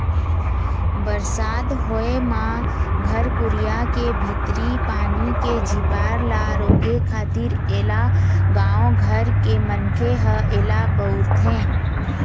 बरसात होय म घर कुरिया के भीतरी पानी के झिपार ल रोके खातिर ऐला गाँव घर के मनखे ह ऐला बउरथे